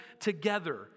together